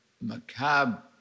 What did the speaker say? macabre